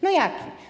No jaki?